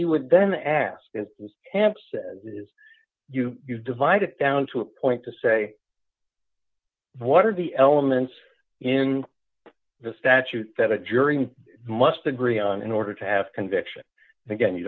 you would then ask is this camps you divide it down to a point to say what are the elements in the statute that a jury must agree on in order to have conviction again you